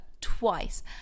twice